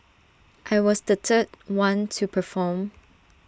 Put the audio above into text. I was the third one to perform